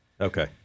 Okay